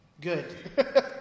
Good